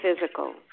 physical